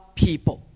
people